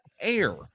air